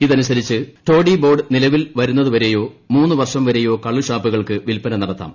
ഇതനുസരിച്ച് toddy board നില്പ്പിൽ വരുന്നതുവരെയോ മൂന്നു വർഷം വരെയോ കള്ളുഷാപ്പുകൾക്ക് വിൽപ്പന നടത്താം